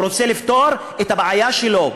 הוא רוצה לפתור את הבעיה שלו,